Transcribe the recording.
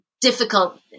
difficult